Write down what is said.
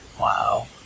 wow